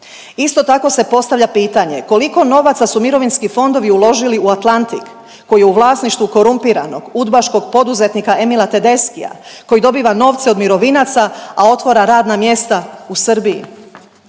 Isto tako se postavlja pitanje, koliko novaca su mirovinski fondovi uložili u Atlantic, koji je u vlasništvu korumpiranog udbaškog poduzetnika Emila Tedeschija koji dobiva novce od mirovinaca, a otvara radna mjesta u Srbiji.